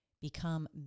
become